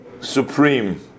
supreme